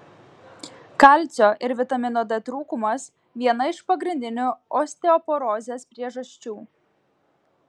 kalcio ir vitamino d trūkumas viena iš pagrindinių osteoporozės priežasčių